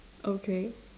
okay